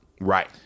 right